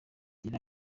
gira